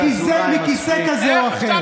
מכיסא כזה או אחר.